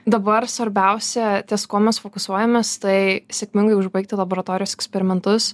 dabar svarbiausia ties kuo mes fokusuojamės tai sėkmingai užbaigti laboratorijos eksperimentus